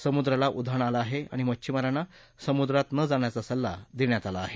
समुद्राला उधाण आलं आहे आणि मच्छमारांना समुद्रात नं जाण्याचा सल्ला देण्यात आला आहे